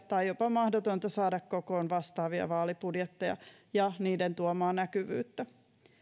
tai jopa mahdotonta saada kokoon vastaavia vaalibudjetteja ja niiden tuomaa näkyvyyttä